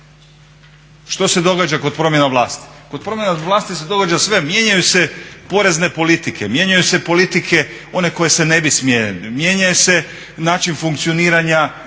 Što se događa kod promjene vlasti? Kod promjene vlasti se događa sve, mijenjaju se porezne politike, mijenjaju se politike one koje se ne bi smjele. Mijenja se način funkcioniranja državne